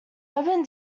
urban